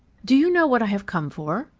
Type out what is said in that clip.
do you know what i have come for?